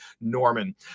Norman